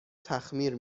تخمیر